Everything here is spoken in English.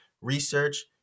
research